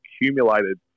accumulated